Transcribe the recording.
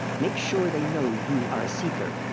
make sure they know you are a seeker.